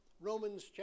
Romans